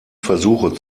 versuche